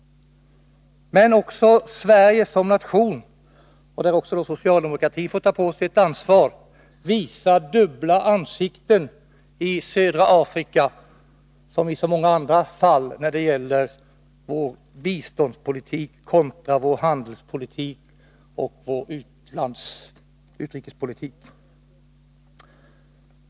Sverige som nation — och då får också socialdemokratin ta på sig ett ansvar —- visar dubbelansikte i fråga om södra Afrika, som i så många andra fall, när det gäller vår biståndspolitik kontra vår handelsoch utrikespolitik.